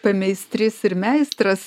pameistrys ir meistras